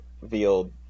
revealed